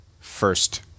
first